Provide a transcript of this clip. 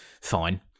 Fine